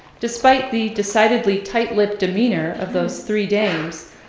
despite the decidedly tight-lipped demeanor of those three dames,